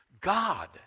God